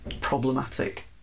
problematic